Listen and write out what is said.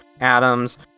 Adams